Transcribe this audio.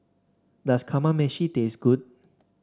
does Kamameshi taste good